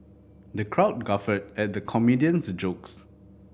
the crowd guffawed at the comedian's jokes